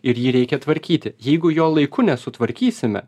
ir jį reikia tvarkyti jeigu jo laiku nesutvarkysime